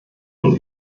von